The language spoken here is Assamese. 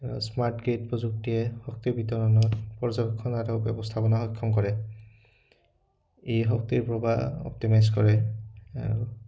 আৰু স্মাৰ্ট গেট প্ৰযুক্তিয়ে শক্তি বিতৰণত পৰ্যক্ষণতা আৰু ব্যৱস্থাপনা সক্ষম কৰে এই শক্তিৰ প্ৰবাহ অপ্টেমাইজ কৰে আৰু